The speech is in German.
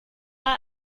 mal